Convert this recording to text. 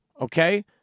okay